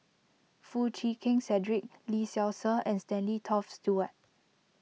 Foo Chee Keng Cedric Lee Seow Ser and Stanley Toft Stewart